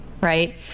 right